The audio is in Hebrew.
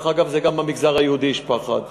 דרך אגב גם במגזר היהודי יש פחד,